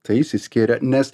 tai išsiskiria nes